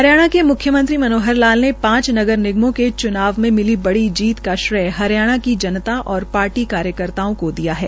हरियाणा के मुख्यमंत्री मनोहर लालने पांच नगर निगमों के च्नाव में मिली बड़ी जीत का श्रेय हरियाणा की जनता और पार्टी कार्यकर्ताओं को दिया है